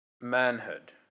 manhood